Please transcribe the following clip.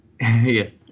Yes